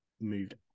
moved